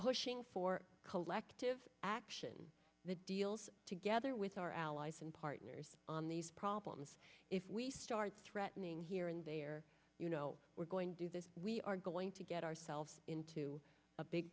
pushing for collective action the deals together with our allies partners on these problems if we start threatening here and they are you know we're going to do this we are going to get ourselves into a big